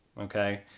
Okay